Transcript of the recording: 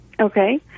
Okay